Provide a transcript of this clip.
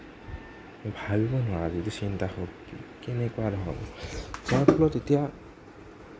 ভাবিব নোৱাৰা যিটো চিন্তা শক্তি কেনেকুৱা ধৰণৰ চিন্তাবোৰ তেতিয়া